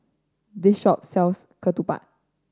this shop sells Ketupat